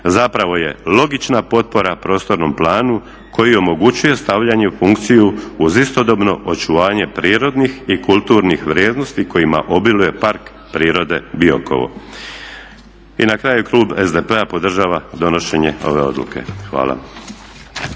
zapravo je logična potpora prostornom planu koji omogućuje stavljanje u funkciju uz istodobno očuvanje prirodnih i kulturnih vrijednosti kojima obiluje Park prirode Biokovo. I na kraju klub SDP-a podržava donošenje ove odluke. Hvala.